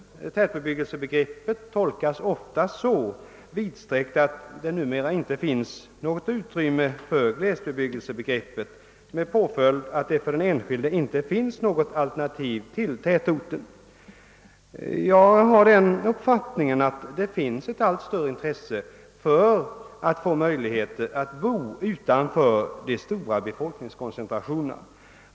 Tätbebyggelsebegreppet tolkas ofta så vidsträckt att det numera inte finns utrymme för glesbebyggelse, med påföljd att den enskilde inte har något alternativ till tätorten som bostadsort. Min uppfattning är att det finns ett stort och växande intresse av att kunna bo utanför de stora befolkningskoncentrationerna.